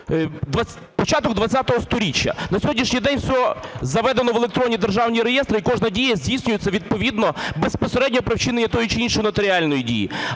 початок ХХ сторіччя. На сьогоднішній день все заведено в електронні державні реєстри і кожна дія здійснюється відповідно, безпосередньо при вчиненні тої чи іншої нотаріальної дії.